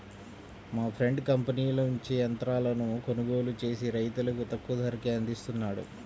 మా ఫ్రెండు కంపెనీల నుంచి యంత్రాలను కొనుగోలు చేసి రైతులకు తక్కువ ధరకే అందిస్తున్నాడు